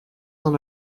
dans